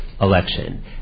election